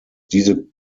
diese